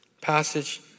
passage